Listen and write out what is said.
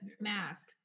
mask